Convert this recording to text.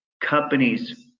companies